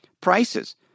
prices